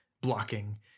blocking